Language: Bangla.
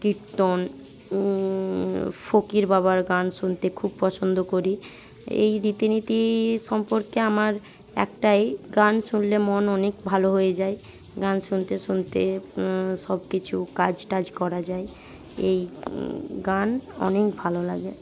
কীর্তন ফকির বাবার গান শুনতে খুব পছন্দ করি এই রীতিনীতি সম্পর্কে আমার একটাই গান শুনলে মন অনেক ভালো হয়ে যায় গান শুনতে শুনতে সব কিছু কাজ টাজ করা যায় এই গান অনেক ভালো লাগে